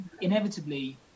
inevitably